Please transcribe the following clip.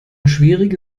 schwierige